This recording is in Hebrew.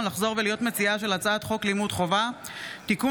לחזור ולהיות מציעה של הצעת חוק לימוד חובה (תיקון,